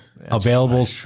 Available